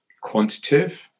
quantitative